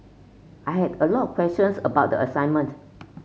I had a lot questions about the assignment